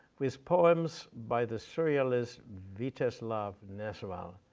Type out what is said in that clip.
with poems by the surrealist, vitezslav nezval,